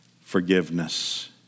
forgiveness